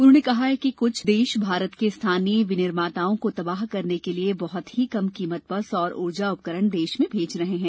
उन्होंने कहा कि कुछ देश भारत के स्थानीय विनिर्माताओं को तबाह करने के लिए बहुत ही कम कीमत पर सौर ऊर्जा उपकरण देश में भेज रहे हैं